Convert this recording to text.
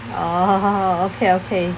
oh okay okay